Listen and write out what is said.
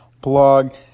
blog